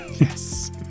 Yes